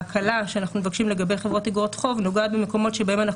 ההקלה שאנחנו מבקשים לגבי חברות אגרות חוב נוגעת במקומות שבהם אנחנו